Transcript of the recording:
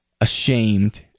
ashamed